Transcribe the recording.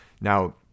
Now